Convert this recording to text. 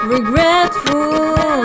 Regretful